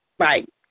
Right